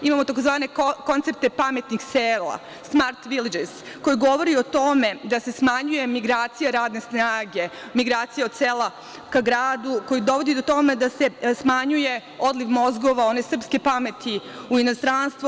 Imamo tzv. koncepte pametnih sela „smart vilidžis“, koji govori o tome da se smanjuje migracija radne snage, migracija od sela ka gradu, koji govori o tome da se smanjuje odliv mozgova, one srpske pameti u inostranstvo.